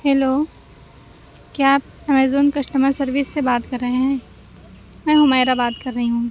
hello کیا آپ Amazon customer service سے بات کر رہے ہیں میں حمیرہ بات کر رہی ہوں